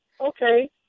Okay